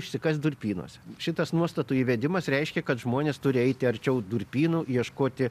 išsikast durpynuose šitas nuostatų įvedimas reiškia kad žmonės turi eiti arčiau durpynų ieškoti